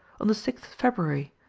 on the sixth february,